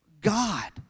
God